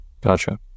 Gotcha